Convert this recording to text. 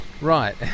Right